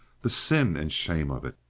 the sin and shame of it!